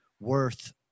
worth